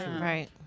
right